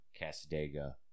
Casadega